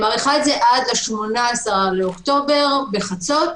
מאריכה עד 18 באוקטובר בחצות.